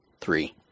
three